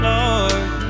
Lord